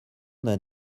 d’un